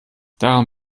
daran